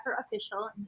Official